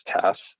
tests